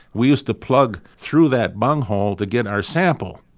we use to plug through that bunghole to get our sample.